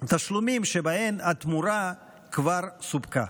תשלומים שבהן התמורה כבר סופקה,